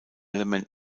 element